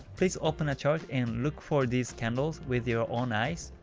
please open a chart and look for these candles with your on eyes,